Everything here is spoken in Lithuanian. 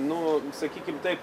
nu sakykim taip